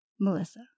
Melissa